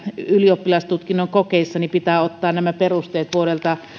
ylioppilastutkinnon kokeissa pitää ottaa nämä perusteet vuodelta